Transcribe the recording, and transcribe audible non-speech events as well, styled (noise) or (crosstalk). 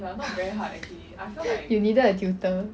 (laughs) you needed a tutor